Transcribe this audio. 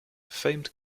famed